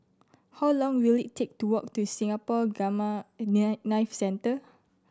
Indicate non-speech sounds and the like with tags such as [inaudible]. how long will it take to walk to Singapore Gamma [unintelligible] Knife Centre